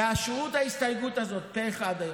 תאשרו את ההסתייגות הזאת פה אחד היום.